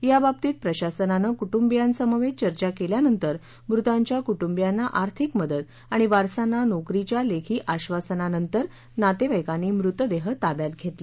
याबाबतीत प्रशासनानं कुटुंबियांनसमवेत चर्चा केल्यानंतर मृतांच्या कुटूंबियांना आर्थिक मदत आणि वास्सांना नोकरीच्या लेखी आश्वासनानंतर नातेवाईकांनी मृतदेह ताब्यात घेतले